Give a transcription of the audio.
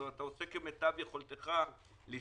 אתה עושה כמיטב יכולתך לשרוד.